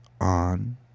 on